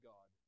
God